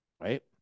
Right